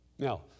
Now